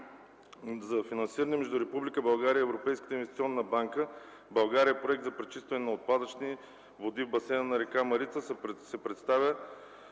за финансиране между Република България и Европейската инвестиционна банка („България – проект за пречистване на отпадъчни води в басейна на река Марица”) се представя